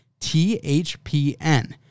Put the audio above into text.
THPN